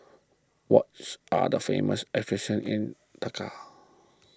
are the famous attractions in Dakar